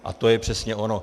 A to je přesně ono!